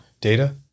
data